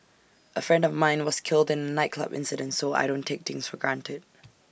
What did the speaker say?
A friend of mine was killed in A nightclub incident so I don't take things for granted